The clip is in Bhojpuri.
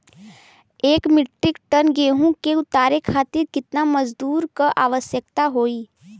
एक मिट्रीक टन गेहूँ के उतारे खातीर कितना मजदूर क आवश्यकता होई?